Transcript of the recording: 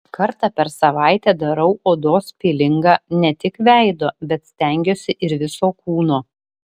kartą per savaitę darau odos pilingą ne tik veido bet stengiuosi ir viso kūno